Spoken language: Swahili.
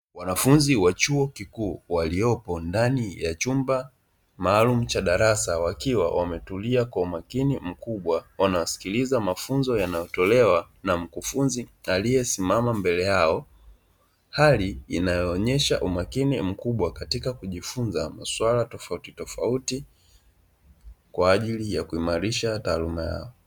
Wanafunzi wa chuo kikuu wakiwa ndani ya chumba maalumu cha darasa, wakiwa wametulia kwa umakini mkubwa, wanasikiliza mafunzo yanayotolewa na mkufunzi aliyesimama mbele yao. Hali inayoonyesha umakini mkubwa katika kujifunza maswala tofautitofauti, kwa ajili ya kuimarisha taaluma yao.